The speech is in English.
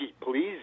please